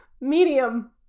medium